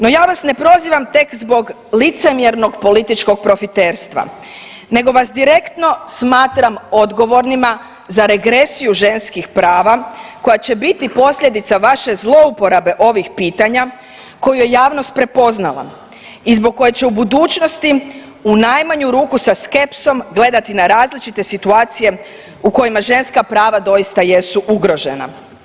No, ja vas ne prozivam tek zbog licemjernog političkog profiterstva nego vas direktno smatram odgovornima za regresiju ženskih prava koja će biti posljedica vaše zlouporabe ovih pitanja koju je javnost prepoznala i zbog koje će u budućnosti u najmanju ruku sa skepsom gledati na različite situacije u kojima ženska prava doista jesu ugrožena.